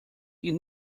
ihn